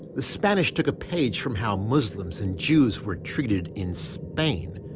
the spanish took a page from how muslims and jews were treated in spain.